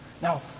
Now